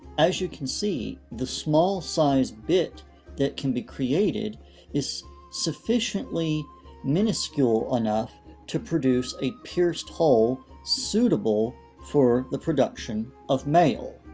as you can see, the small sized bit that can be created is sufficiently miniscule enough to produce a pierced hole suitable for the production of maille.